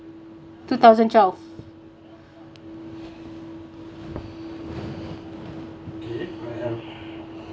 two thousand twelve